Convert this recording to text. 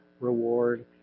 reward